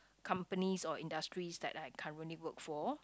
companies or industries that I currently work for